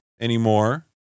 anymore